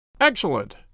Excellent